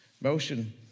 Motion